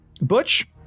Butch